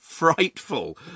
Frightful